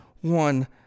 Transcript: one